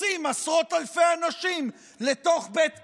דוחסים עשרות אלפי אנשים לתוך בית כלא.